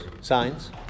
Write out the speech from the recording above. Signs